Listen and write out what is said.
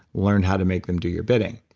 learn how to make them do your bidding.